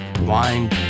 wine